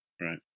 right